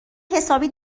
حسابی